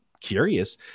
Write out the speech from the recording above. curious